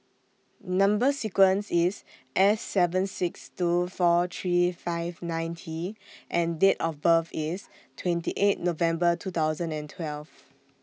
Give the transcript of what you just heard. Number sequence IS S seven six two four three five nine T and Date of birth IS twenty eight November two thousand and twelve